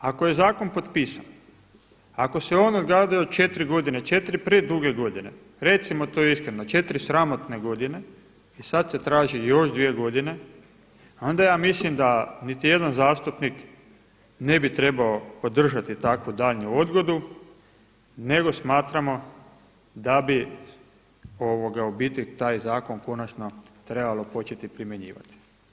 Prema tome, ako je zakon potpisan, ako se on odgađao 4 godine, 4 preduge godine recimo to iskreno, 4 sramotne godine i sad se traži još 2 godine a onda ja mislim da niti jedan zastupnik ne bi trebao podržati takvu daljnju odgodu nego smatramo da bi u biti taj zakon konačno trebalo početi primjenjivati.